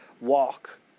walk